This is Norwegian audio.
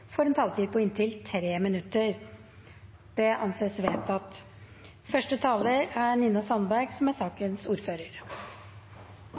får en taletid på inntil 3 minutter. – Det anses vedtatt. I dag er det en god dag. Når vi nå skal vedta samleproposisjonen som